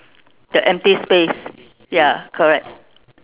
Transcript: the empty space ya correct